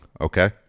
okay